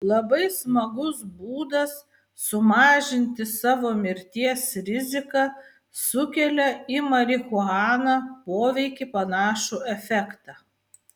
labai smagus būdas sumažinti savo mirties riziką sukelia į marihuaną poveikį panašų efektą